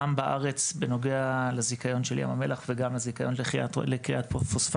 בארץ בנוגע לזיכיון של ים המלח וגם לזיכיון לכריית פוספטים.